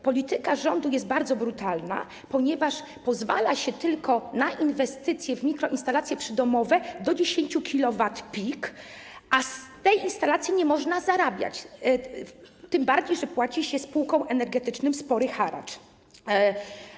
Polityka rządu jest bardzo brutalna, ponieważ pozwala się tylko na inwestycje w mikroinstalacje przydomowe do 10 kW peak, a przy korzystaniu z takiej instalacji nie można zarabiać, tym bardziej że płaci się spółkom energetycznym spory haracz.